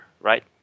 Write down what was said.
right